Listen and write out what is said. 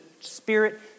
Spirit